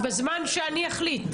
בזמן שאני אחליט.